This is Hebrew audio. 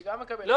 שגם מקבל קצבאות.